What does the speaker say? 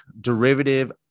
derivative